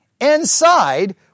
Inside